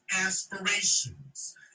aspirations